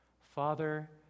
Father